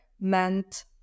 meant